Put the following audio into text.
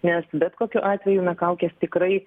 nes bet kokiu atveju na kaukės tikrai